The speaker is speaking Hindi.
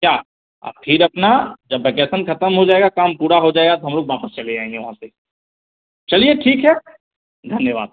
क्या आप फिर अपना जब बेकेसन ख़त्म हो जाएगा काम पूरा हो जाएगा तो हम लोग वापस चले आएँगे वहाँ से चलिए ठीक है धन्यवाद